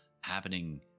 happening